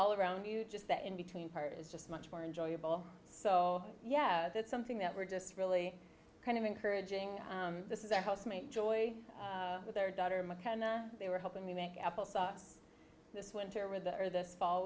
all around you just that in between part is just much more enjoyable so yeah that's something that we're just really kind of encouraging this is our housemate joy with their daughter mckenna they were helping me make apple sauce this winter with or this fall